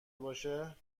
باشه